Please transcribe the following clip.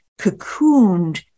cocooned